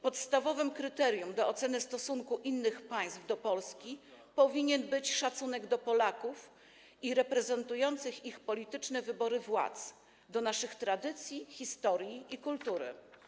Podstawowym kryterium oceny stosunku innych państw do Polski powinien być szacunek do Polaków i reprezentujących ich polityczne wybory władz, do naszej tradycji, historii i kultury.